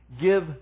Give